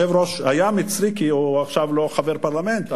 היה מצרי כי עכשיו הוא לא חבר פרלמנט,